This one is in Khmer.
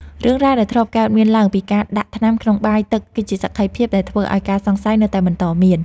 រឿងរ៉ាវដែលធ្លាប់កើតមានឡើងពីការដាក់ថ្នាំក្នុងបាយទឹកគឺជាសក្ខីភាពដែលធ្វើឱ្យការសង្ស័យនៅតែបន្តមាន។